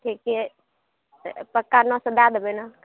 ठीके अछि पक्का नओ सए टके दय देबै ने